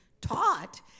taught